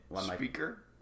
Speaker